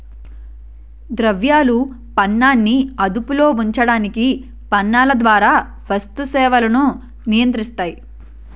ద్రవ్యాలు పనాన్ని అదుపులో ఉంచడానికి పన్నుల ద్వారా వస్తు సేవలను నియంత్రిస్తాయి